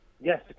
Yes